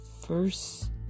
first